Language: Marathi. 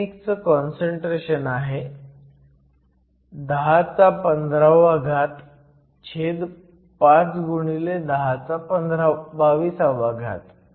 आर्सेनिकचं काँसंट्रेशन आहे 1015 छेद 5 गुणिले 1022